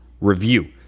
review